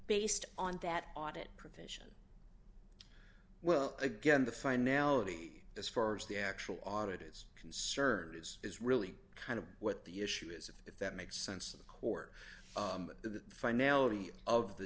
based on that audit provision well again the finality as far as the actual audit is concerned is is really kind of what the issue is if that makes sense of the court the finality of the